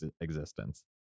existence